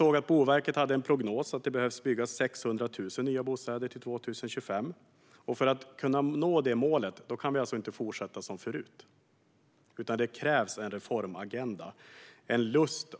Enligt Boverkets prognos behöver det byggas 600 000 nya bostäder till 2025, och för att kunna nå det målet kan vi alltså inte fortsätta som förut. Det krävs en reformagenda, en lust